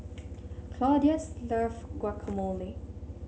Claudius love Guacamole